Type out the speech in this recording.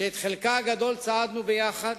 שאת חלקה הגדול צעדנו יחד